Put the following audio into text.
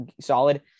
solid